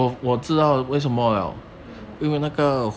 为什么